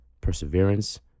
perseverance